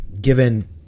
given